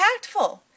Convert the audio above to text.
impactful